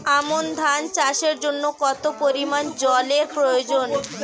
আমন ধান চাষের জন্য কত পরিমান জল এর প্রয়োজন?